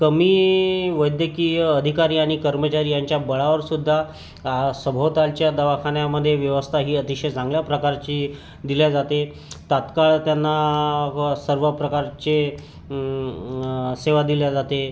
कमी वैद्यकीय अधिकारी आणि कर्मचारी यांच्या बळावरसुद्धा आ सभोवतालच्या दवाखान्यामध्ये व्यवस्था ही अतिशय चांगल्या प्रकारची दिली जाते तात्काळ त्यांना सर्व प्रकारचे सेवा दिली जाते